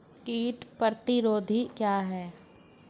कीट प्रतिरोधी क्या है?